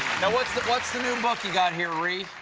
what's the what's the new book you got here, ree?